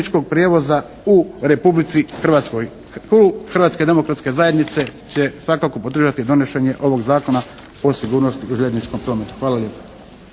Hvala lijepa.